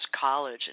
college